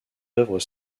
œuvres